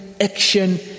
action